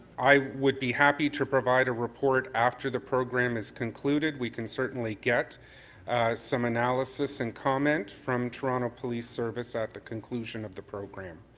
i would be happy to provide a report after the program is concluded. we can certainly get some analysis and comment from toronto police service at the conclusion of the program.